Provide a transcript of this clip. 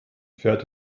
fährt